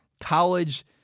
college